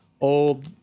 old